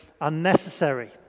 unnecessary